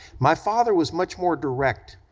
my father was much more direct.